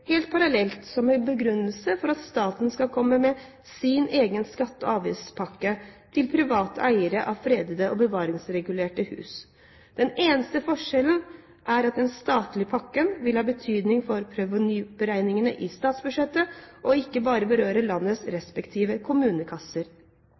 helt parallelt – som en begrunnelse for at staten skal komme med sin egen skatte- og avgiftspakke til private eiere av fredede og bevaringsregulerte hus. Den eneste forskjellen er at den statlige pakken vil ha betydning for provenyberegningene i statsbudsjettet og ikke bare berører landets